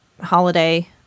holiday